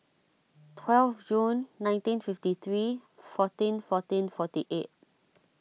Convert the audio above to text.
twelve June nineteen fifty three fourteen fourteen forty eight